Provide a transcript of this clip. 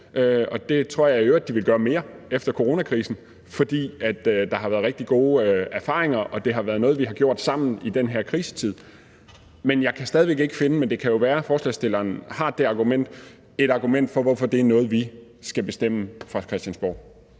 det tror jeg i øvrigt de vil gøre mere efter coronakrisen, fordi der har været rigtig gode erfaringer med det, og fordi det har været noget, vi har gjort sammen i den her krisetid. Men jeg kan stadig væk ikke finde et argument for – men det kan jo være, at ordføreren for forslagsstillerne har et – hvorfor det er noget, vi skal bestemme på Christiansborg.